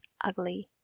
ugly